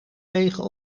wegen